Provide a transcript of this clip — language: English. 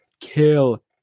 kill